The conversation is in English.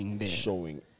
Showing